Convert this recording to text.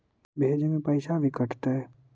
भेजे में पैसा भी कटतै?